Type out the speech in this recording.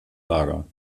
lager